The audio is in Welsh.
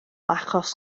achos